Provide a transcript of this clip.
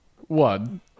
one